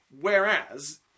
whereas